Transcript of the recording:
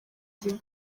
gihe